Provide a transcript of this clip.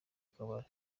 kabari